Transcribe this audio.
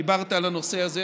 דיברת על הנושא הזה.